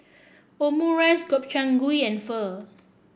Omurice Gobchang Gui and Pho